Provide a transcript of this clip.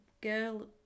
girl